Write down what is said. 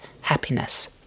happiness